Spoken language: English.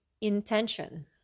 intention